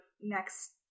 next